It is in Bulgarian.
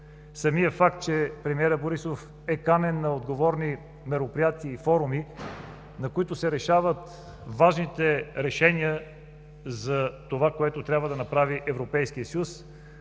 Самият факт, че премиерът Борисов е канен на отговорни мероприятия и форуми, на които се решават важните решения за това, което трябва да направи Европейския съюз